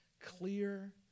clear